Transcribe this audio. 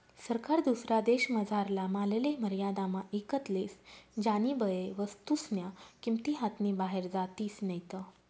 सरकार दुसरा देशमझारला मालले मर्यादामा ईकत लेस ज्यानीबये वस्तूस्न्या किंमती हातनी बाहेर जातीस नैत